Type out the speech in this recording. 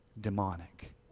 demonic